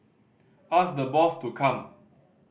ask the boss to come